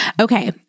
Okay